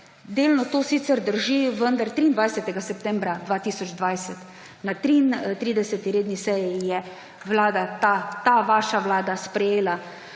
delno to sicer drži, vendar 23. septembra 2020. Na 33. redni seji je ta vaša vlada sprejela